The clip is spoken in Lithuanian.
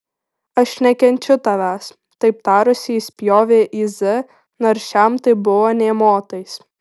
aš nekenčiu tavęs taip tarusi ji spjovė į z nors šiam tai buvo nė motais